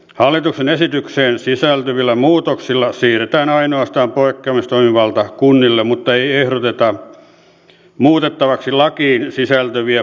hallituksen esitykseen sisältyvillä muutoksilla siirretään ainoastaan poikkeamistoimivalta kunnille mutta ei ehdoteta muutettavaksi lakiin sisältyviä poikkeamisperusteita